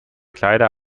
kleider